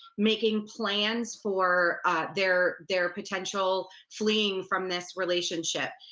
making plans for their their potential fleeing from this relationship.